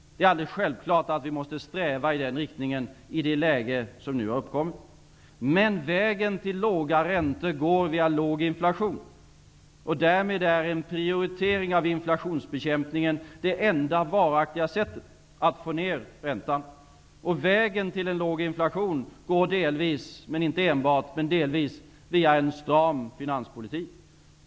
Det är alldeles självklart att vi måste sträva i den riktningen i det läge som nu har uppkommit. Men vägen till låga räntor går via låg inflation. Därmed är en prioritering av inflationsbekämpningen det enda varaktiga sättet att få ned räntan. Vägen till en låg inflation går delvis, inte enbart, via en stram finanspolitik.